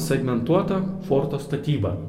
segmentuota forto statyba